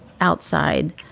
outside